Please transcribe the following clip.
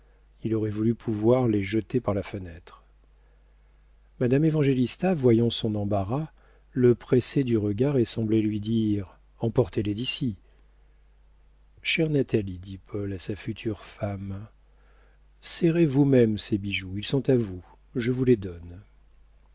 il aurait voulu pouvoir les jeter par la fenêtre madame évangélista voyant son embarras le pressait du regard et semblait lui dire emportez-les d'ici chère natalie dit paul à sa future femme serrez vous-même ces bijoux ils sont à vous je vous les donne